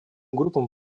группам